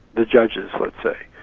the judges, let's say.